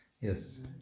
Yes